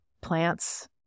plants